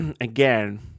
again